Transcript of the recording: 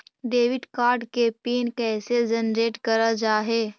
Debit card के PIN कैसे generate करल जाहै?